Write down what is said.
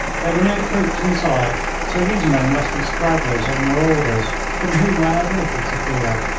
there were no troops in sight, so these men must be stragglers or marauders, from whom i had little to fear.